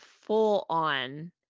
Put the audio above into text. full-on